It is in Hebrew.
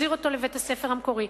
נחזיר אותו לבית-הספר המקורי?